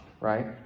right